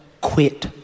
quit